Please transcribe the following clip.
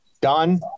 done